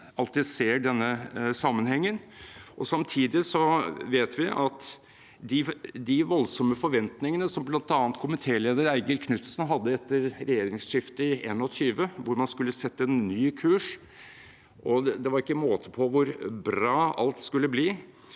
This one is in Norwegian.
alltid ser denne sammenhengen. Samtidig vet vi om de voldsomme forventningene som bl.a. komitéleder Eigil Knutsen hadde etter regjeringsskiftet i 2021, hvor man skulle sette en ny kurs, og det var ikke måte på hvor bra alt skulle bli,